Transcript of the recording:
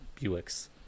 Buicks